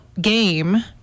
game